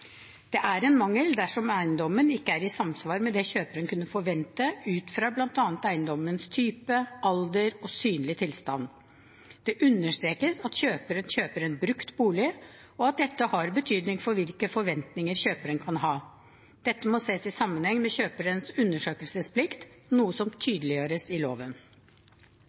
Det er en mangel dersom eiendommen ikke er i samsvar med det kjøperen kunne forvente ut fra bl.a. eiendommens type, alder og synlige tilstand. Det understrekes at kjøperen kjøper en brukt bolig, og at dette har betydning for hvilke forventninger kjøperen kan ha. Dette må ses i sammenheng med kjøperens undersøkelsesplikt, noe som tydeliggjøres i loven.